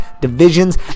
divisions